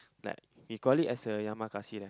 like we call it as a Yamakasi lah